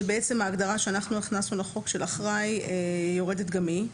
ההגדרה שאנחנו הכנסנו לחוק של אחראי יורדת גם היא.